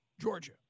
Georgia